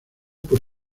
por